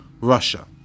Russia